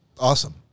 Awesome